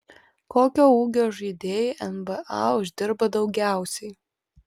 kokio ūgio žaidėjai nba uždirba daugiausiai